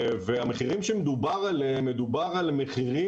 והמחירים שמדובר עליהם מדובר על מחירים